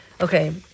Okay